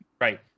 right